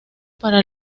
para